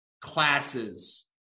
classes